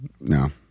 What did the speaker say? No